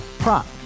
Prop